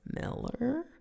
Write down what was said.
Miller